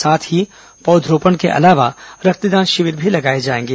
साथ ही पौधरोपण के अलावा रक्तदान शिविर भी लगाए जाएंगे